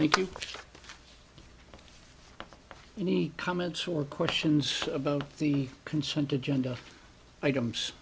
make you any comments or questions about the consent agenda items